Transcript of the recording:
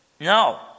No